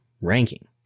ranking